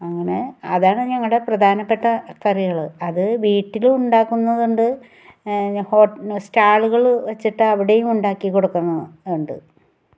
അങ്ങനെ അതാണ് ഞങ്ങളുടെ പ്രധാനപ്പെട്ട കറികൾ അത് വീട്ടിലുവുണ്ടാക്കുന്നത്ണ്ട് ഹോട്ട് സ്റ്റാള്കൾ വെച്ചിട്ട് അവിടേം ഉണ്ടാക്കി കൊടുക്കുന്നു ഉണ്ട്